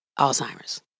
Alzheimer's